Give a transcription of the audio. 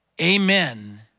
amen